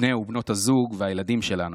בני ובנות הזוג והילדים שלנו.